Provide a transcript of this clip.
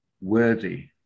worthy